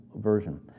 version